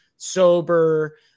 Sober